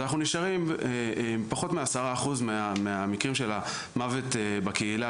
אז אנחנו נשארים עם פחות מ-10% מהמקרים של המוות בקהילה,